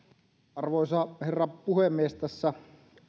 arvoisa herra puhemies tässä